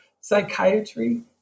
psychiatry